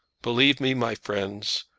believe me, my friends,